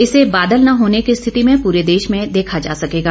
इसे बादल न होने की स्थिति में पूरे देश में देखा जा सकेगा